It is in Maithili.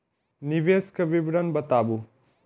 निवेश के विवरण बताबू?